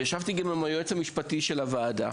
דיברתי גם עם היועץ המשפטי של הוועדה.